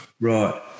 Right